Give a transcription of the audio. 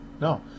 No